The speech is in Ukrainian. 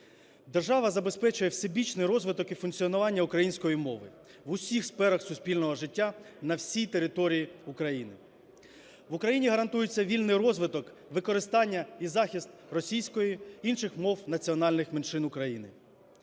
"Держава забезпечує всебічний розвиток і функціонування української мови в усіх сферах суспільного життя на всій території України. В Україні гарантується вільний розвиток, використання і захист російської, інших мов національних меншин України.